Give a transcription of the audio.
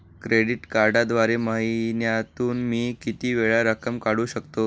Credit कार्डद्वारे महिन्यातून मी किती वेळा रक्कम काढू शकतो?